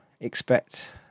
expect